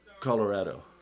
Colorado